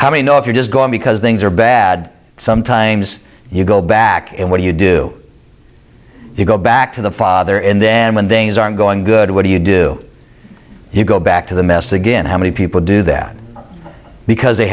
how many know if you're just going because they are bad sometimes you go back and what do you do you go back to the father and then when they are going good what do you do you go back to the mess again how many people do that because they